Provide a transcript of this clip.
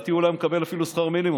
לדעתי הוא לא היה מקבל אפילו שכר מינימום.